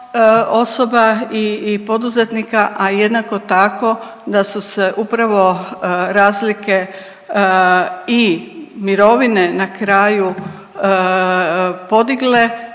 osoba i poduzetnika, a jednako tako da su se upravo razlike i mirovine na kraju podigle